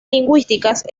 lingüísticas